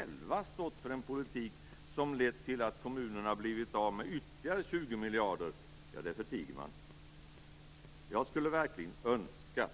Att man sedan själv stått för en politik som lett till att kommunerna blivit av med ytterligare 20 miljarder förtiger man. Jag skulle verkligen önska